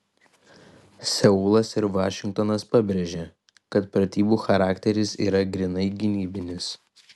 seulas ir vašingtonas pabrėžė kad pratybų charakteris yra grynai gynybinis